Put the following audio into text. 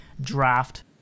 draft